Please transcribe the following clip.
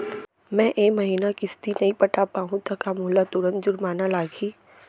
मैं ए महीना किस्ती नई पटा पाहू त का मोला तुरंत जुर्माना लागही?